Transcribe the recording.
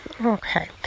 okay